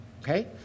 Okay